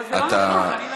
אבל זה לא נכון.